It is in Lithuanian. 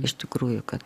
iš tikrųjų kad